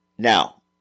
Now